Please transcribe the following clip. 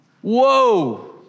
whoa